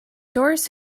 doris